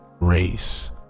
race